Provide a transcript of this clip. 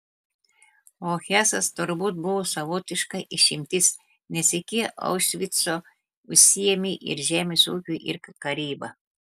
o hesas turbūt buvo savotiška išimtis nes iki aušvico užsiėmė ir žemės ūkiu ir karyba